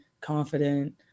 confident